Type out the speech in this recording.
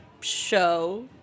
show